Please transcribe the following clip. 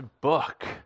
book